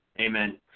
Amen